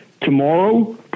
tomorrow